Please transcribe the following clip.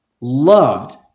loved